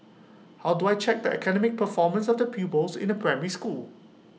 how do I check the academic performance of the pupils in A primary school